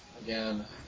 again